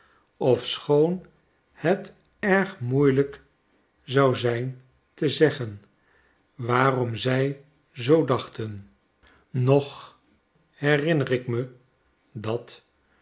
ofschoon het erg moeielijk zou zijn te zeggen waarom zij zoo dachten nog herinner ik me dat